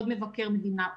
עוד מבקר מדינה,